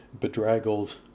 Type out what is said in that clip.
bedraggled